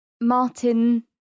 Martin